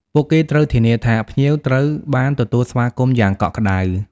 ពួកគេត្រូវធានាថាភ្ញៀវត្រូវបានទទួលស្វាគមន៍យ៉ាងកក់ក្តៅ។